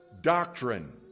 doctrine